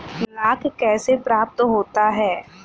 लाख कैसे प्राप्त होता है?